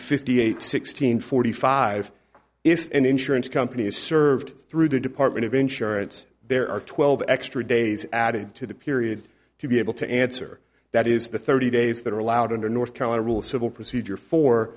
fifty eight sixteen forty five if an insurance company is served through the department of insurance there are twelve extra days added to the period to be able to answer that is the thirty days that are allowed under north carolina rules civil procedure for